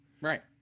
right